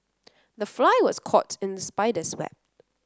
the fly was caught in the spider's web